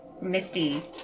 misty